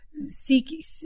seek